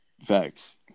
Facts